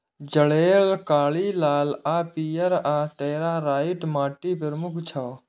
जलोढ़, कारी, लाल आ पीयर, आ लेटराइट माटि प्रमुख छै